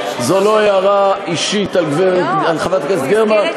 זו לא הערה אישית על חברת הכנסת גרמן.